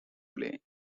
play